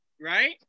Right